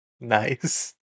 Nice